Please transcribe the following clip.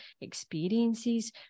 experiences